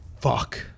fuck